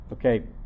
Okay